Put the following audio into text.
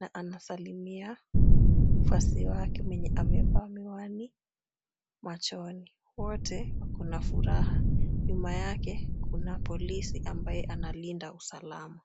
na anasalimia mfuasi wake mwenye amevaa miwani machoni. Wote wako na furaha. Nyuma yake kuna polisi ambaye analinda usalama.